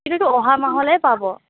কিন্তু সেইটো অহা মাহলেই পাব